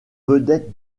vedette